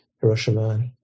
Hiroshima